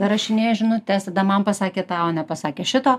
rašinėja žinutes tada man pasakė tą o nepasakė šito